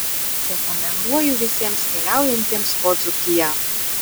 rekomenduoju visiems keliaujantiems po dzūkiją